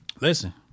Listen